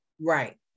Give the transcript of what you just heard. Right